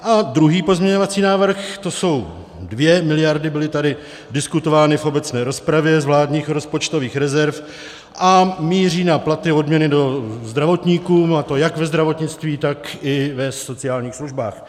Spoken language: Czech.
A druhý pozměňovací návrh, to jsou 2 mld., byly tady diskutovány v obecné rozpravě, z vládních rozpočtových rezerv a míří na platy a odměny zdravotníkům, a to jak ve zdravotnictví, tak i v sociálních službách.